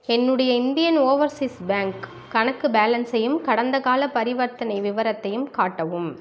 என்னுடைய Indian Overseas Bank கணக்கு பேலன்ஸையும் கடந்தகால பரிவர்த்தனை விவரத்தையும் காட்டவும்